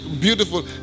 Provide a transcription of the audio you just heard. beautiful